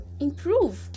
improve